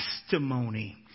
testimony